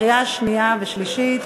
קריאה שנייה ושלישית.